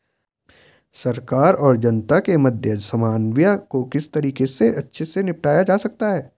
सरकार और जनता के मध्य समन्वय को किस तरीके से अच्छे से निपटाया जा सकता है?